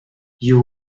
you